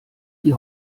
die